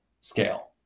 scale